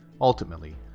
ultimately